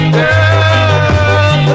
girl